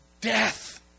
death